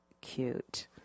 cute